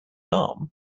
arm